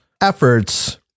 efforts